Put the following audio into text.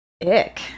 ick